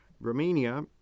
Romania